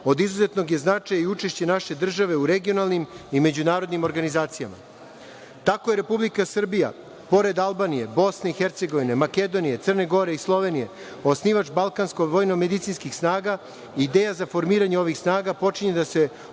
od izuzetnog je značaja i učešće naše države u regionalnim i međunarodnim organizacijama. Tako je Republika Srbija pored Albanije, Bosne i Hercegovine, Makedonije, Crne Gore i Slovenije osnivač Balkanskog vojnomedicinskih snaga. Ideja za formiranje ovih snaga počinje da se